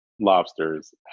lobsters